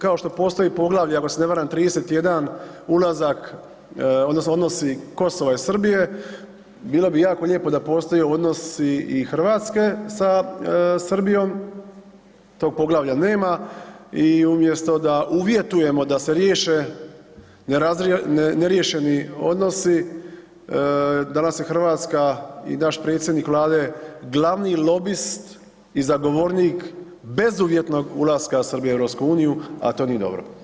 Kao što postoji poglavlje, ako se ne varam, 31 ulazak odnosno odnosi Kosova i Srbije, bilo bi jako lijepo da postoji odnos i, i RH sa Srbijom, tog poglavlja nema i umjesto da uvjetujemo da se riješe neriješeni odnosi, danas je RH i naš predsjednik vlade glavni lobist i zagovornik bezuvjetnog ulaska Srbije u EU, a to nije dobro.